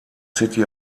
city